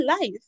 life